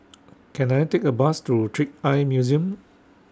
Can I Take A Bus to Trick Eye Museum